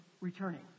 returning